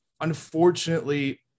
Unfortunately